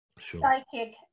psychic